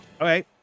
Okay